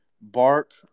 Bark